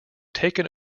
taken